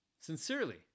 Sincerely